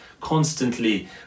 constantly